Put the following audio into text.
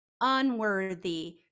unworthy